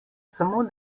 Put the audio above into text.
samo